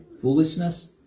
foolishness